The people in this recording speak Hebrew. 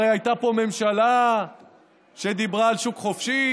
הרי הייתה פה ממשלה שדיברה על שוק חופשי,